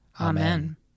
Amen